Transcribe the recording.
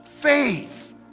faith